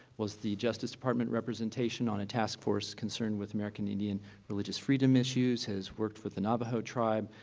was the justice department representation on a task force concerned with american indian religious freedom issues, has worked for the navajo tribe,